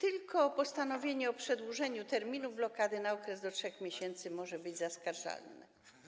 Tylko postanowienie o przedłużeniu terminu blokady na okres do 3 miesięcy może być zaskarżalne.